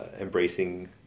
embracing